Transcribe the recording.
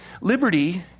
Liberty